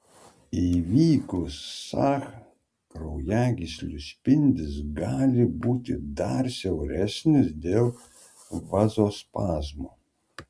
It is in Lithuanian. įvykus sah kraujagyslių spindis gali būti dar siauresnis dėl vazospazmo